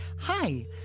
hi